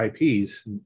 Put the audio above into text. ips